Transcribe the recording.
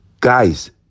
Guys